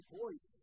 voice